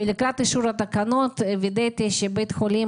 לקראת אישור התקנות וידאתי שבית החולים